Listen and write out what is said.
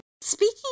Speaking